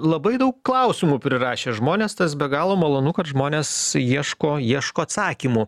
labai daug klausimų prirašė žmonės tas be galo malonu kad žmonės ieško ieško atsakymų